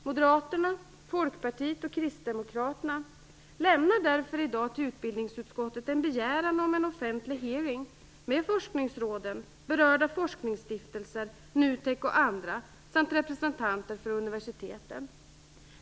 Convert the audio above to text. Moderaterna, Folkpartiet och Kristdemokraterna lämnar därför i dag till utbildningsutskottet en begäran om en offentlig hearing med forskningsråden, berörda forskningsstiftelser, NUTEK och andra samt representanter för universiteten.